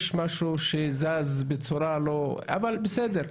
יש משהו שזז בצורה לא אבל בסדר,